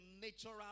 natural